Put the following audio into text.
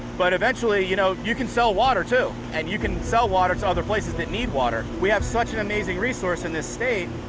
but eventually you know you can sell water too. and you can sell water to places that need water. we have such an amazing resource in this state,